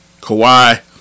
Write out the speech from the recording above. Kawhi